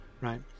right